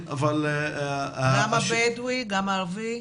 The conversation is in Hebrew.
גם הבדואי וגם הערבי.